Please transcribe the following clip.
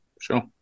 sure